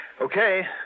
Okay